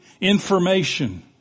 information